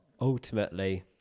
Ultimately